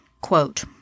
quote